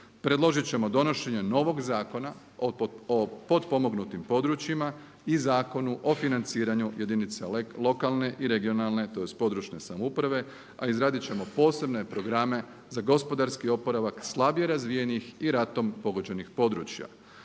Predložit ćemo donošenje novog Zakona o potpomognutim pomoćima i Zakonu o financiranju jedinica lokalne i regionalne tj. područne samouprave, a izradit ćemo posebne programe za gospodarski oporavak slabije razvijenih i ratom pogođenih područja